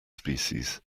species